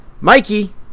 Mikey